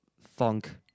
funk